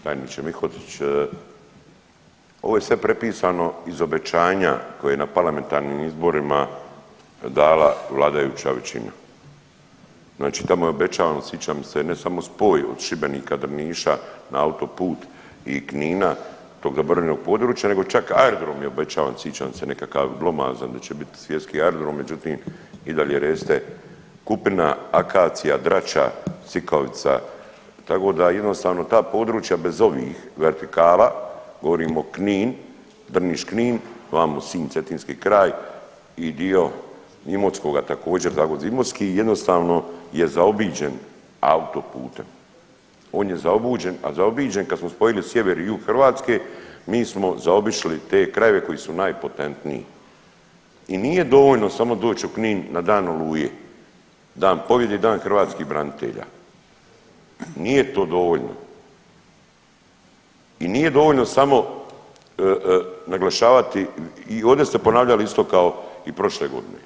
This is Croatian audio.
Tajniče Mihotić, ovo je sve prepisano iz obećanja koje je na parlamentarnim izborima dala vladajuća većina, znači tamo je obećano sićam se ne samo spoj od Šibenika-Drniša na autoput i Knina toga … [[Govornik se ne razumije]] područja, nego čak aerodrom je obećavam sićam se nekakav glomazan da će bit svjetski aerodrom, međutim i dalje reste kupina, akacija, drača, sikavica, tako da jednostavno ta područja bez ovih vertikala, govorimo Knin, Drniš-Knin, vamo Sinj-cetinski kraj i dio Imotskoga također, Zagvozd-Imotski, jednostavno je zaobiđen autoputem, on je zaobiđen, kad smo spojili sjever i jug Hrvatske mi smo zaobišli te krajeve koji su najpotentniji i nije dovoljno samo doć u Knin na dan Oluje, Dan pobjede i Dan hrvatskih branitelja, nije to dovoljno i nije dovoljno samo naglašavati i ovdje ste ponavljali isto kao i prošle godine.